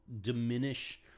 diminish